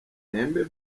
ntembe